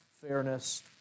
fairness